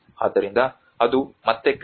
ಆದ್ದರಿಂದ ಅದು ಮತ್ತೆ ಕ್ರಿ